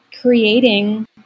creating